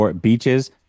Beaches